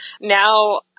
Now